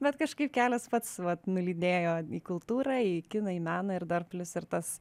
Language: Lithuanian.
bet kažkaip kelias pats vat nulydėjo į kultūrą į kiną į meną ir dar plius ir tas